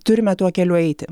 turime tuo keliu eiti